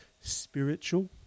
spiritual